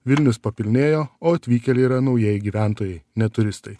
vilnius papilnėjo o atvykėliai yra naujieji gyventojai ne turistai